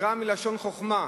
מלשון חוכמה.